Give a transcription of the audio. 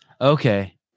okay